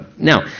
Now